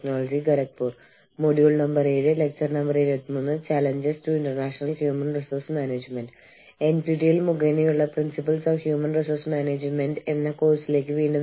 കൂടാതെ ഈ പ്രഭാഷണത്തിൽ ആഗോള തൊഴിൽ നിയമം വ്യാവസായിക ബന്ധങ്ങൾ അന്തർദേശീയ ധാർമ്മികത എന്നീ ഇന്റർനാഷണൽ ഹ്യൂമൻ റിസോഴ്സ് മാനേജ്മെന്റിന്റെ ചില വശങ്ങൾ ഞാൻ നിങ്ങളെ പരിചയപ്പെടുത്തും